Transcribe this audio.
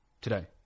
today